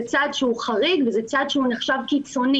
זה צעד שהוא חריג וזה צעד שהוא נחשב קיצוני.